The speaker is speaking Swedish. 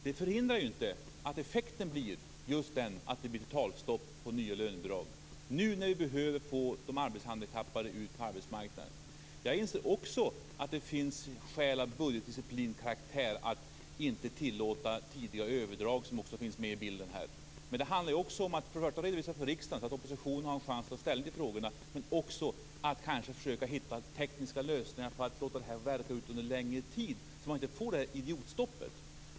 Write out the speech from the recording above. Det förhindrar dock inte att effekten blir just ett totalstopp för nya lönebidrag - nu när vi behöver få ut de arbetshandikappade på arbetsmarknaden. Jag inser också att det finns skäl av budgetdisciplinkaraktär att inte tillåta tidiga överdrag som också finns med i bilden här. Men det handlar också om att redovisa till riksdagen så att oppositionen har en chans att ta ställning till frågorna, och dessutom om att försöka hitta tekniska lösningar när det gäller att låta det här verka under längre tid så att man inte får det här idiotstoppet.